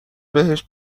بهشت